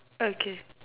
okay